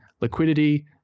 liquidity